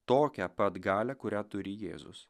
tokią pat galią kurią turi jėzus